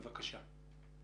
בבקשה.